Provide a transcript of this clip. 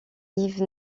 yves